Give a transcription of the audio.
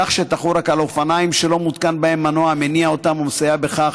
כך שתחול רק על אופניים שלא מותקן בהם מנוע המניע אותם או מסייע בכך,